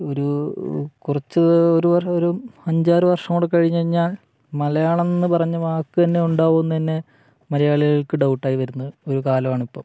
ഒരു കുറച്ച് ഒരു അഞ്ച് ആറ് വർഷം കൂടെ കഴിഞ്ഞു കഴിഞ്ഞാല് മലയാളമെന്ന് പറഞ്ഞ വാക്ക് തന്നെ ഉണ്ടാകുമോയെന്ന് തന്നെ മലയാളികൾക്ക് ഡൗട്ടായി വരുന്ന ഒരു കാലമാണ് ഇപ്പം